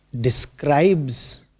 describes